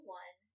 one